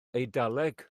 eidaleg